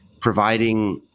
providing